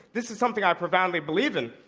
this is something i profoundly believe in,